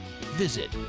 Visit